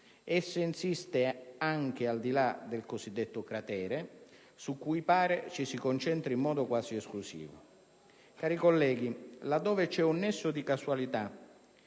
Esso insiste anche al di là del cosiddetto cratere, su cui pare ci si concentri in modo quasi esclusivo. Cari colleghi, laddove c'è un nesso di causalità